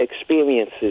experiences